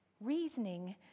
Reasoning